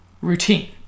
routine